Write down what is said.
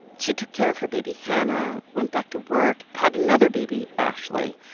she took care of her baby, hannah, went back to work, had another baby, ashley.